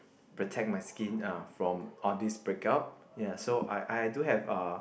protect my skin uh from all these breakout ya so I I do have uh